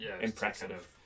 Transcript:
impressive